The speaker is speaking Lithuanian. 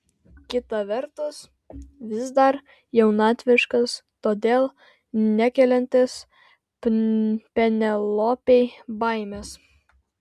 kita vertus vis dar jaunatviškas todėl nekeliantis penelopei baimės